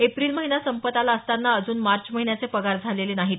April महिना संपत आला असतांना अजून मार्च महिन्याचे पगार झालेले नाहीत